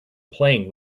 playing